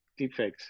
deepfakes